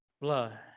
blood